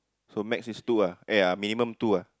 so max is two ah eh ya minimum two ah